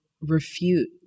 refute